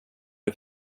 det